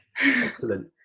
excellent